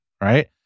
right